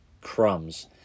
Crumbs